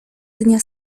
dnia